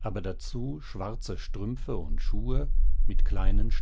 aber dazu schwarze strümpfe und schuhe mit kleinen